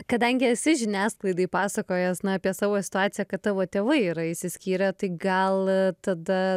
kadangi esi žiniasklaidai pasakojęs na apie savo situaciją kad tavo tėvai yra išsiskyrę tai gal tada